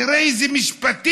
תראה איזה משפטים.